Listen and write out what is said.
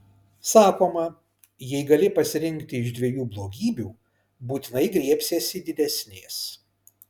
sakoma jei gali pasirinkti iš dviejų blogybių būtinai griebsiesi didesnės